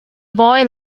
boy